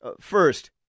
First